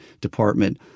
department